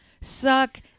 Suck